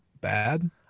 bad